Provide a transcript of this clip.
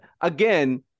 Again